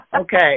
Okay